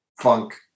funk